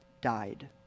died